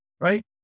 right